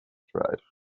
dried